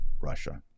Russia